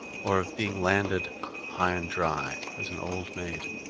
or of being landed high and dry as an old maid